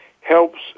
helps